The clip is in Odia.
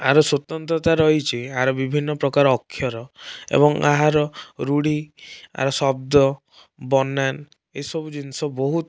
ଏହାର ସ୍ୱତନ୍ତ୍ରତା ରହିଛି ଏହାର ବିଭିନ୍ନ ପ୍ରକାର ଅକ୍ଷର ଏବଂ ଏହାର ରୂଢ଼ି ଏହାର ଶବ୍ଦ ବନାନ ଏସବୁ ଜିନିଷ ବହୁତ